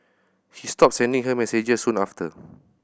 he stopped sending her messages soon after